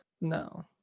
No